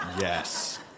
Yes